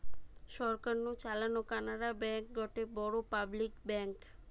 সরকার নু চালানো কানাড়া ব্যাঙ্ক গটে বড় পাবলিক ব্যাঙ্ক